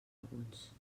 alguns